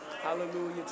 Hallelujah